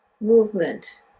movement